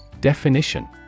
Definition